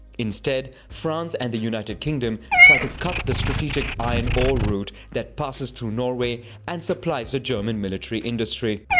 instead, france and the united kingdom try to cut the strategic iron ore route that passes through norway and supplies the german military industry.